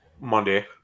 Monday